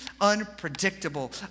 unpredictable